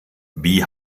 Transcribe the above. wie